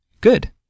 Good